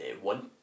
One